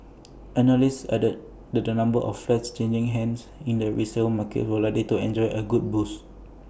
analysts added that the number of flats changing hands in the resale market will likely enjoy A good boost